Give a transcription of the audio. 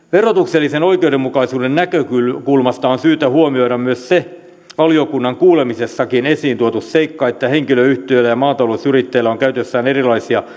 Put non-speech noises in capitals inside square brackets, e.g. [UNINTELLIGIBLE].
verotuksellisen oikeudenmukaisuuden näkökulmasta on syytä huomioida myös se valiokunnan kuulemisessakin esiin tuotu seikka että henkilöyhtiöillä ja maatalousyrittäjillä on käytössään erilaisia [UNINTELLIGIBLE]